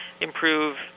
improve